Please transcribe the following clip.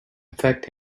affect